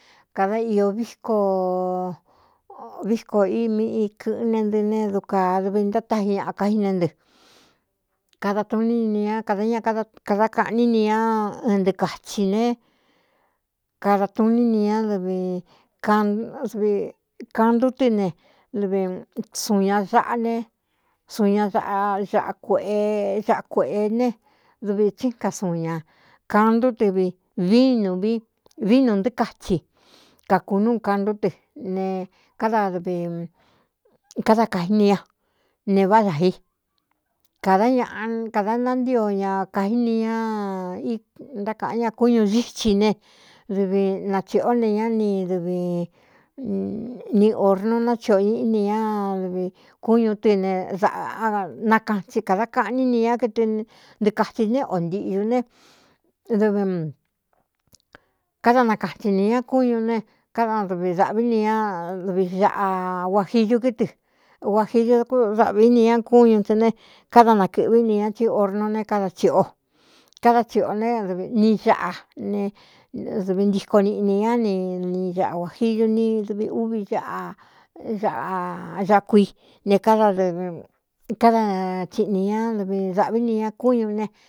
Kāda iō vko víko i miꞌi kɨꞌne ntɨ ne dukā duvi ntátáji ñaꞌa kainé ntɨ kada tu ní ni ña kada ña kadá kaꞌní ni ñá ɨn ntɨɨ kachī ne kada tuu ní ni ñá vvi kan ntú tɨ ne vi suun ña saꞌa ne suun ña aꞌa aꞌ kuēꞌe aꞌa kuēꞌe ne dvi tsínka suun ñā kāan ntú tɨvi invi vi nu ntɨɨ kachi kakūnúu kantú tɨ ne káda dvi kada kajini ña ne váꞌá dāi kāda ñaꞌa kāda nantío ña kaíni ñá í ntákaꞌan ña kúñu gíchi ne dɨvi nathīꞌó ne ñá ni dɨvi ni horno náchio íni ñá vi kúñu tɨ ne ꞌnakatsin kādá kaꞌní ni ña kɨtɨ ntɨɨ kathī ne o ntiꞌyu ne dɨvi káda nakatsi ne ña kúñu ne kádadɨvi dāꞌví ni ñá dɨvi aꞌa gua jiyu kɨtɨ ua jiyu dkú daꞌvi ni ña kúñu tɨ ne káda nakɨ̄ꞌví ni ña tí orno ne káda tsīꞌo káda tsiꞌo ne ni ñaꞌa ne dɨvi ntiko niꞌnī ñá ni ni aꞌa guā jiyu ni dvi úvi áꞌa ꞌ aꞌa kui ne daɨvkádachiꞌnī ñá dɨvi dāꞌví ni ña kúñu ne.